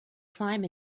climb